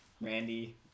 Randy